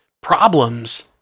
problems